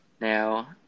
now